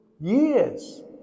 Years